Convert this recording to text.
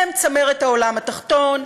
הם צמרת העולם התחתון,